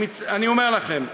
אני אומר לכם,